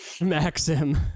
Maxim